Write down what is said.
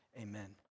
amen